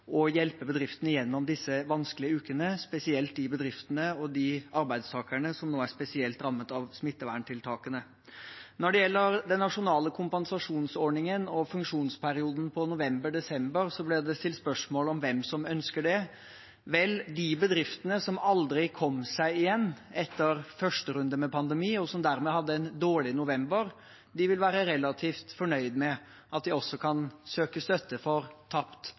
hjelpe bedriftene gjennom disse vanskelige ukene, spesielt de bedriftene og de arbeidstakerne som nå er spesielt rammet av smitteverntiltakene. Når det gjelder den nasjonale kompensasjonsordningen og funksjonsperioden, november, desember, ble det stilt spørsmål om hvem som ønsker det. Vel, de bedriftene som aldri kom seg igjen etter første runde med pandemi, og som dermed hadde en dårlig november, vil være relativt fornøyd med at de også kan søke støtte for tapt